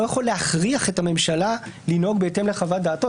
יכול להכריח את הממשלה לנהוג בהתאם לחוות דעתו.